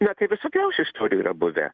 na tai visokiausių istorijų yra buvę